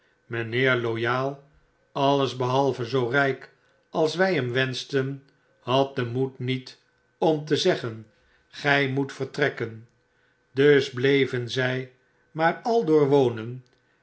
mynheer loyal alles behalve zoo ryk als wij hem wenschten had den moed niet om te zeggen gy moet vertrekken dus bleven zij maar aldoor wonen